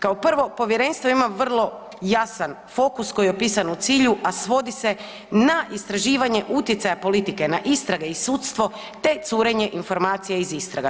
Kao prvo, povjerenstvo ima vrlo jasan fokus koji je opisan u cilju, a svodi se na istraživanje utjecaja politike na istrage i sudstvo te curenje informacija iz istraga.